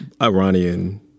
Iranian